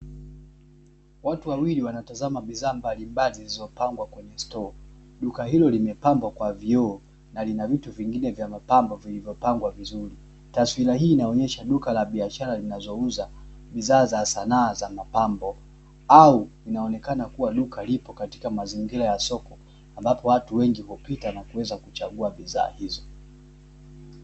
Watu wawili wanatazama bidhaa mbalimbali zilizopangwa kwenye stoo, duka hilo limepambwa kwa vioo na linavitu vingine vya mapambo vilivyopangwa vizuri, taswira hii inaonyesha duka la biashara zinazouza bidhaa za sanaa za mapambo au inaonekana kuwa duka lipo katika mazingira ya soko ambapo watu wengi hupita na kuweza kuchagua bidhaa hizo.